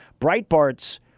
Breitbart's